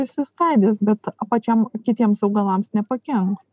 išsiskaidys bet pačiam kitiems augalams nepakenks